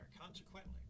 Consequently